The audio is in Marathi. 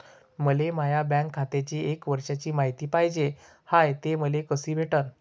मले माया बँक खात्याची एक वर्षाची मायती पाहिजे हाय, ते मले कसी भेटनं?